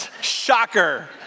shocker